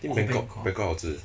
bangkok bangkok 好吃